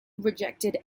rejected